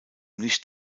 nicht